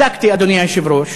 בדקתי, אדוני היושב-ראש.